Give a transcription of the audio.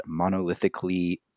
monolithically